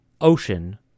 Ocean